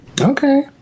okay